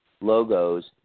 logos